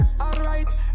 alright